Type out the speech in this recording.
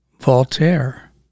Voltaire